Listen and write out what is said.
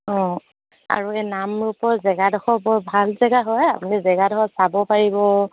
অঁ আৰু এই নামৰূপৰ জেগাডোখৰ বৰ ভাল জেগা হয় আপুনি জেগাডোখৰ চাব পাৰিব